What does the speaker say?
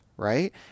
Right